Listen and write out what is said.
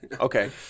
okay